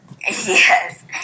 Yes